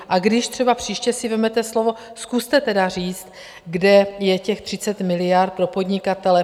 A když třeba příště si vezmete slovo, zkuste tedy říct, kde je těch 30 miliard pro podnikatele.